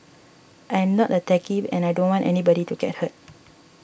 I am not a techie and I don't want anybody to get hurt